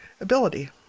ability